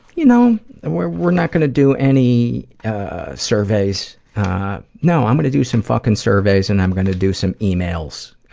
you know and we're we're not gonna do any ah surveys no, i'm gonna do some fuckin' surveys and i'm gonna do some emails.